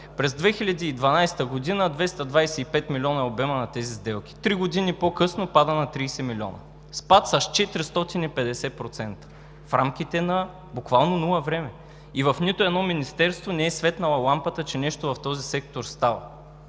през 2012 г. 225 милиона е обемът на тези сделки, три години по-късно пада на 30 милиона. Спад с 450% в рамките на буквално нула време, и в нито едно министерство не е светнала лампата, че нещо в този сектор става.